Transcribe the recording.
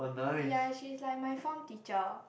ya she is like my form teacher